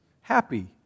happy